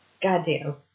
Goddamn